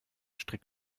strick